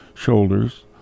shoulders